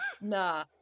Nah